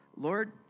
Lord